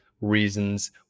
reasons